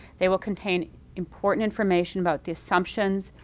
they will contain important information about the assumptions,